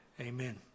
Amen